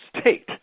state